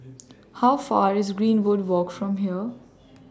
How Far away IS Greenwood Walk from here